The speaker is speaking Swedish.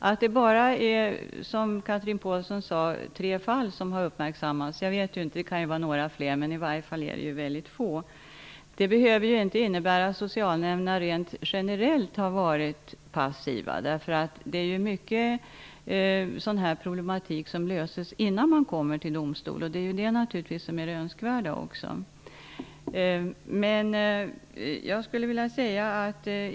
Att bara tre fall har uppmärksammats, som Chatrine Pålsson sade -- även om det kan finnas några fler fall är de i alla fall få -- behöver ju inte innebära att socialnämnderna rent generellt varit passiva. Mycken problematik löses ju innan ärenden kommer till domstol, vilket också är det önskvärda.